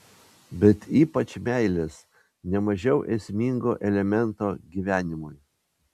bet ypač meilės ne mažiau esmingo elemento gyvenimui